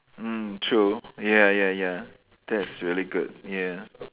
mm true ya ya ya that's really good ya